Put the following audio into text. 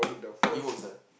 it works ah